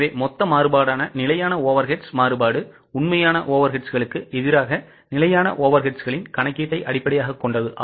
எனவே மொத்த மாறுபாடான நிலையான overheads மாறுபாடு உண்மையான overheadsகளுக்கு எதிராக நிலையான overheadsகளின் கணக்கீட்டை அடிப்படையாகக் கொண்டது